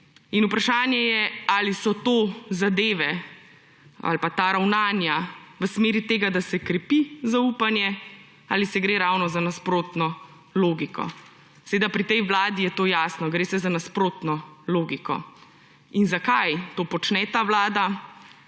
In vprašanje je, ali ta ravnanja gredo v smeri tega, da se krepi zaupanje, ali gre ravno za nasprotno logiko. Seveda je pri tej vladi to jasno, gre za nasprotno logiko. In zakaj to počne ta vlada?